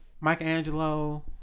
Michelangelo